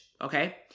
Okay